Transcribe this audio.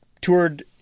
toured